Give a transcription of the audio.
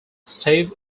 steve